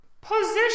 position